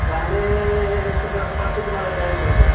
वांगे एक किलो पडतील तुम्हाला चाळीस रुपये